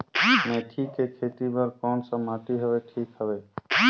मेथी के खेती बार कोन सा माटी हवे ठीक हवे?